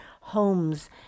Homes